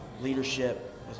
leadership